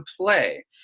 play